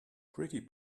pretty